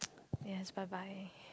yes bye bye